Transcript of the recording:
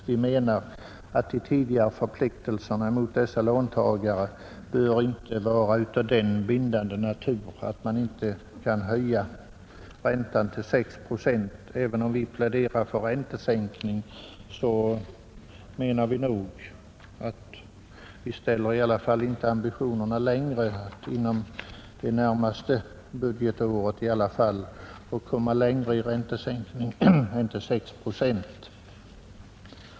Vi anser att de tidigare förpliktelserna mot vederbörande låntagare inte bör vara av sådan bindande natur att man inte kan höja räntan till 6 procent. Även om vi pläderar för räntesänkning sätter vi inte ambitionerna på den punkten högre — i varje fall när det gäller det närmaste budgetåret — än till att komma till 6 procent.